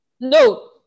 No